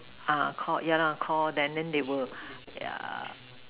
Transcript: uh Call yeah lah Call and then they will yeah